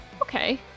Okay